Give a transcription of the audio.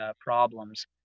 problems